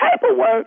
paperwork